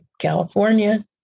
California